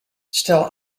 stel